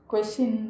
Question